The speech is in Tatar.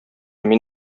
мин